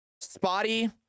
Spotty